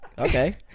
okay